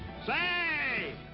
say!